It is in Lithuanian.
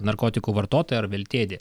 narkotikų vartotoją ar veltėdį